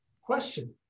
question